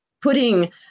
putting